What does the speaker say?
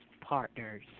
Partners